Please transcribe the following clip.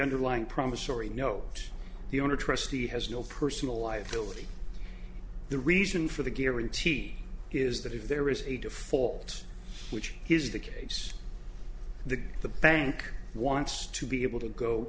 underlying promissory note the owner trustee has no personal life bill and the reason for the guarantee is that if there is a default which is the case the the bank wants to be able to go